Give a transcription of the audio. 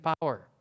power